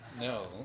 No